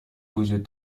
وجود